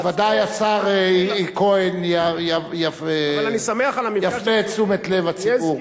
בוודאי השר כהן יפנה את תשומת לב הציבור.